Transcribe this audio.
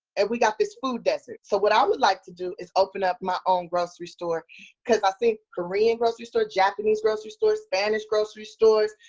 and we got this food desert. so what i would like to do is open up my own grocery store cause i see korean grocery stores, japanese grocery stores, spanish grocery stores,